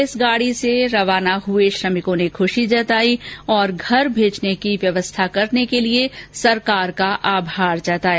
इस गाड़ी से रवाना हुए श्रमिकों ने खुशी जताई और घर भेजने की व्यवस्था करने के लिए सरकार का आभार जताया